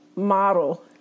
model